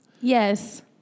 Yes